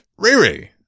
Riri